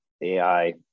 AI